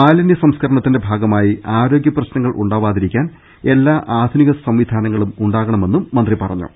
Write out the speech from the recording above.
മാലിന്യ സംസ്ക രണത്തിന്റെ ഭാഗമായി ആരോഗൃ പ്രശ്നങ്ങൾ ഉണ്ടാവാതിരിക്കാൻ എല്ലാ ആധുനിക സംവിധാനങ്ങളും ഉണ്ടാകണമെന്നും മന്ത്രി പറഞ്ഞു